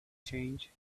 change